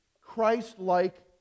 Christ-like